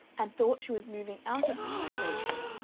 and thought she was moving out of the station,